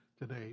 today